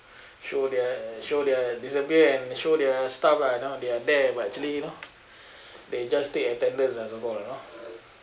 show their show their disappear and show their stuff lah you know they are there but actually you know they just take attendance ah so called you know